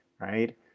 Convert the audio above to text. right